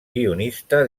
guionista